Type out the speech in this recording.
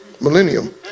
millennium